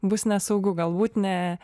bus nesaugu galbūt ne